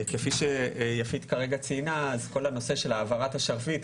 כפי שיפית כרגע ציינה אז כל הנושא של העברת השרביט,